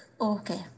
Okay